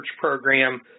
Program